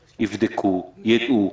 יבדקו, ידעו.